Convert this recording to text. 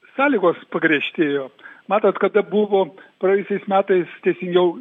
sąlygos pagriežtėjo matot kada buvo praėjusiais metais teisingiau